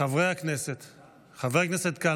חברי הכנסת,